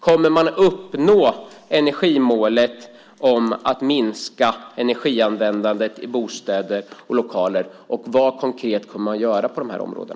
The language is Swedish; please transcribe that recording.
Kommer man att uppnå energimålet om att minska energianvändandet i bostäder och i lokaler? Och vad kommer man att göra konkret på dessa områden?